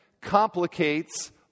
complicates